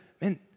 man